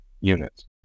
units